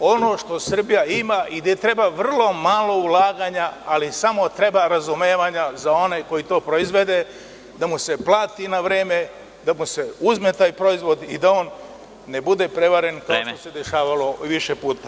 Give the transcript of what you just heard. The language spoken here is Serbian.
Ono što Srbija ima i gde treba vrlo malo ulaganja, ali samo treba razumevanja za one koji to proizvode, da mu se plati na vreme, da mu se uzme taj proizvod i da ne bude prevaren kako se dešavalo više puta.